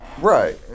Right